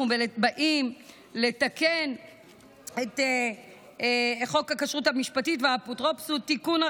אנחנו באים לתקן את חוק הכשרות המשפטית והאפוטרופסות (תיקון,